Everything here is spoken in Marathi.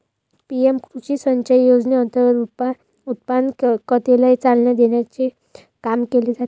पी.एम कृषी सिंचाई योजनेअंतर्गत उत्पादकतेला चालना देण्याचे काम केले जाते